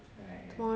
right right